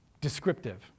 descriptive